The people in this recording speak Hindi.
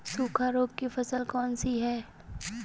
सूखा रोग की फसल कौन सी है?